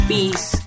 Peace